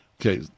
Okay